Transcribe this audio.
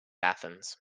athens